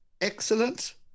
Excellent